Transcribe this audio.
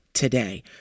Today